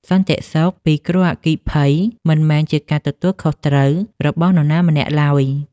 សន្តិសុខពីគ្រោះអគ្គីភ័យ មិនមែនជាការទទួលខុសត្រូវរបស់នរណាម្នាក់ឡើយ។